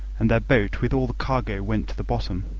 and their boat with all the cargo went to the bottom,